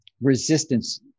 resistance